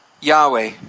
Yahweh